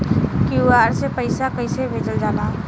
QR से पैसा कैसे भेजल जाला?